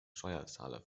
steuerzahler